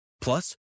Plus